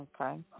okay